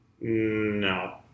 No